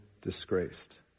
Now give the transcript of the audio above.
disgraced